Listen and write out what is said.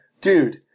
Dude